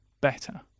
better